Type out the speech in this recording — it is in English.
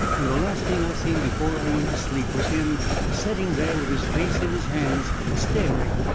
and the last thing i seen before i went to sleep was him setting there with his face in his hands, staring,